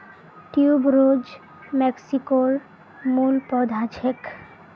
tuberose मेक्सिकोर मूल पौधा छेक